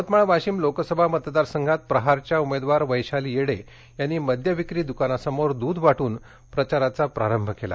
यवतमाळ वाशिम लोकसभा मतदारसंघात प्रहारच्या उमेदवार वैशाली येडे यांनी मद्य विक्री दुकानासमोर दूध वाटून प्रचाराचा प्रारंभ केला